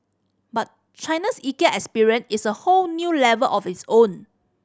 but China's Ikea experience is a whole new level of its own